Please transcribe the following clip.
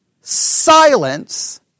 silence